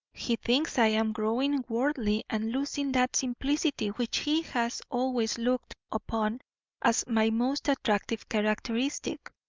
he thinks i am growing worldly and losing that simplicity which he has always looked upon as my most attractive characteristic.